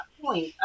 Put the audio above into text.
point